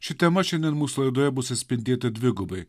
ši tema šiandien mūsų laidoje bus atspindėta dvigubai